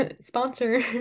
Sponsor